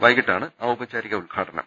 വൈകിട്ടാണ് ഔപചാരിക ഉദ്ഘാടനം